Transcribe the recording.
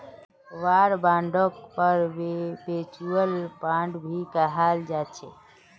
war बांडक perpetual bond भी कहाल जाछे